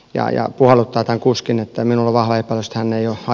jaa ja olutta tai kuskin että minun olla haitallista jopa